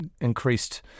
increased